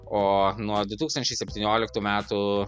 o nuo du tūkstančiai septynioliktų metų